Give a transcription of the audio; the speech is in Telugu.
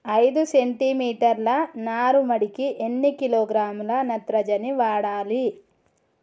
ఐదు సెంటిమీటర్ల నారుమడికి ఎన్ని కిలోగ్రాముల నత్రజని వాడాలి?